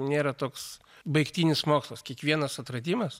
nėra toks baigtinis mokslas kiekvienas atradimas